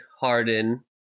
Harden